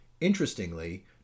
Interestingly